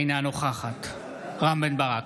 אינה נוכחת רם בן ברק,